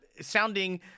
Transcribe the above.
sounding